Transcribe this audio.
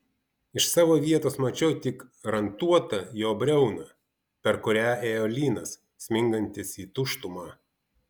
iš savo vietos mačiau tik rantuotą jo briauną per kurią ėjo lynas smingantis į tuštumą